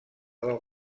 del